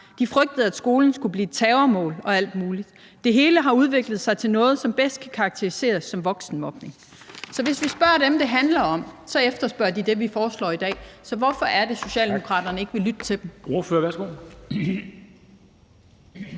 De frygtede, at skolen skulle blive et terrormål og alt muligt. Det hele har udviklet sig til noget, som bedst kan karakteriseres som voksenmobning«. Så hvis vi spørger dem, det handler om, efterspørger de det, vi foreslår i dag, så hvorfor er det, Socialdemokraterne ikke vil lytte til dem? Kl.